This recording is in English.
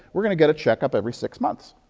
we're going to get a check-up every six months.